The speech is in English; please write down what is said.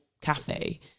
cafe